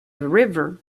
river